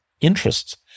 interests